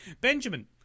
Benjamin